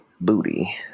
booty